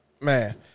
Man